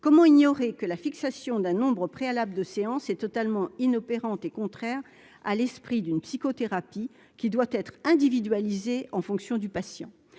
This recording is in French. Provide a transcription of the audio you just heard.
comment ignorer que la fixation d'un nombre préalables de séance est totalement inopérante et contraire à l'esprit d'une psychothérapie qui doit être individualisée en fonction du patient,